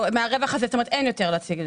ומהרווח הזה, זאת אומרת, אין יותר להוציא מזה?